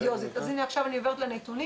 אז הנה עכשיו אני עוברת לנתונים.